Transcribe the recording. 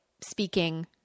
speaking